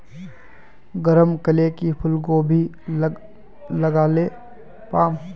गरम कले की फूलकोबी लगाले पाम?